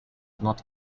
not